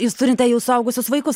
jūs turite jūs suaugusius